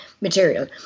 material